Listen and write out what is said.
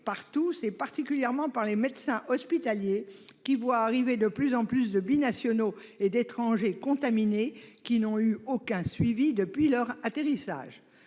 tous, particulièrement par les médecins hospitaliers, qui voient arriver de plus en plus de binationaux et d'étrangers contaminés n'ayant connu aucun suivi depuis leur atterrissage.